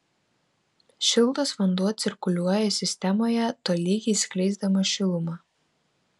šiltas vanduo cirkuliuoja sistemoje tolygiai skleisdamas šilumą